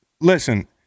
listen